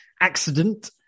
accident